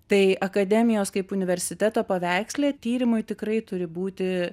tai akademijos kaip universiteto paveiksle tyrimui tikrai turi būti